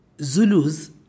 Zulus